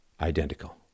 Identical